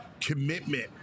commitment